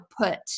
put